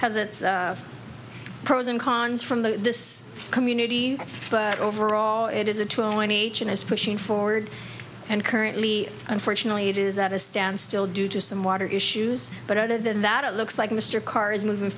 has its pros and cons from the community but overall it is a true is pushing forward and currently unfortunately it is that a standstill due to some water issues but other than that it looks like mr karr is moving